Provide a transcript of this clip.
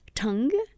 tongue